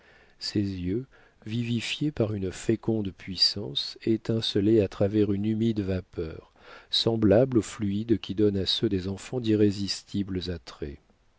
ses yeux vivifiés par une féconde puissance étincelaient à travers une humide vapeur semblable au fluide qui donne à ceux des enfants d'irrésistibles attraits